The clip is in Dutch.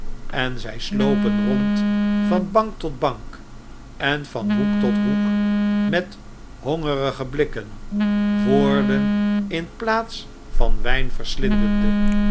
en zg slopen rond van bank tot bank en van hoek tot hoek met hongerige blikken woorden in plaats van wjjn verslindende